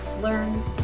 Learn